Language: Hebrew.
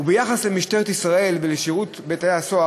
וביחס למשטרת ישראל ולשירות בתי-הסוהר,